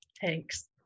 thanks